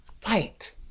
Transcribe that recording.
fight